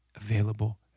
available